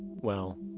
well.